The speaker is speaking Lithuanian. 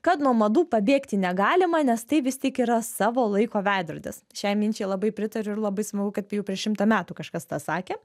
kad nuo madų pabėgti negalima nes tai vis tik yra savo laiko veidrodis šiai minčiai labai pritariu ir labai smagu kad jau prieš šimtą metų kažkas tą sakė